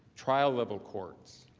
trial level court,